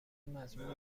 مزبور